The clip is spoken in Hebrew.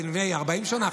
לפני 40 שנה,